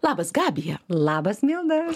labas milda